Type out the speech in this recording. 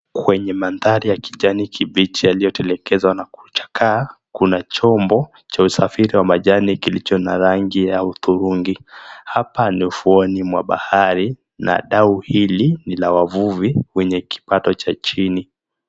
Kwenye mandhari ya kijani kibichi yaliyotelekezwa na kuchakaa, kuna chombo cha usafiri wa majani kilicho na rangi ya udhurungi, hapa ni ufuoni mwa bahari na dau hili ni la wavuvi wenye kipato cha chini.